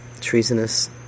treasonous